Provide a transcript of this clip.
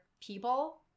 people